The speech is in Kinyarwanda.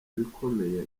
ibikomeye